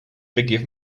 forgive